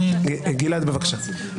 גלעד, בבקשה.